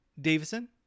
Davison